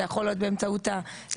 זה יכול להיות באמצעות התאגידים,